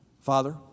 Father